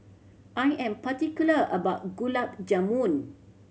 I am particular about Gulab Jamun